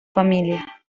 familia